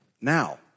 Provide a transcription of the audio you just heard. now